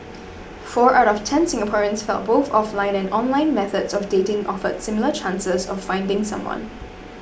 four out of ten Singaporeans felt both offline and online methods of dating offered similar chances of finding someone